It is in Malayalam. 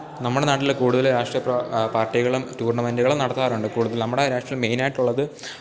നമ്മുടെ നാട്ടിലെ കൂടുതൽ രാഷ്ട്രീയ പാർട്ടികളും ടൂർണമെൻ്റുകളും നടത്താറുണ്ട് കൂടുതൽ നമ്മുടെ രാഷ്ട്രീയം മെയിനായിട്ടുള്ളത്